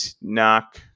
knock